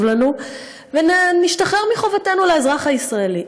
לנו ונשתחרר מחובתנו לאזרח הישראלי.